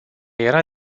era